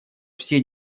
все